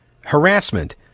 harassment